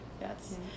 yes